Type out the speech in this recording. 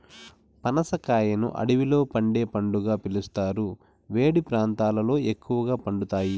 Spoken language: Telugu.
పనస కాయను అడవిలో పండే పండుగా పిలుస్తారు, వేడి ప్రాంతాలలో ఎక్కువగా పండుతాయి